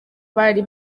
bari